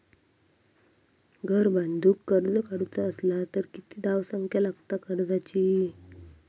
घर बांधूक कर्ज काढूचा असला तर किती धावसंख्या लागता कर्जाची?